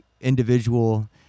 individual